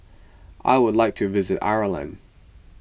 I would like to visit Ireland